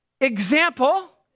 example